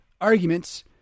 arguments